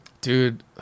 Dude